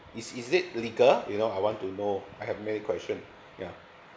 is is it legal you know I want to know I have many question ya